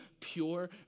pure